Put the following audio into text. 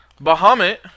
Bahamut